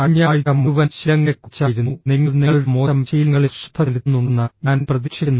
കഴിഞ്ഞ ആഴ്ച മുഴുവൻ ശീലങ്ങളെക്കുറിച്ചായിരുന്നു നിങ്ങൾ നിങ്ങളുടെ മോശം ശീലങ്ങളിൽ ശ്രദ്ധ ചെലുത്തുന്നുണ്ടെന്ന് ഞാൻ പ്രതീക്ഷിക്കുന്നു